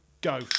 Go